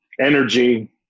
Energy